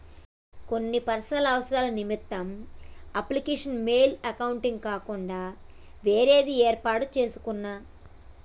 కొన్ని పర్సనల్ అవసరాల నిమిత్తం అఫీషియల్ మెయిల్ అకౌంట్ కాకుండా వేరేది యేర్పాటు చేసుకున్నా